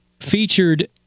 featured